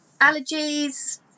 Allergies